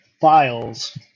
files